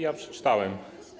Ja przeczytałem.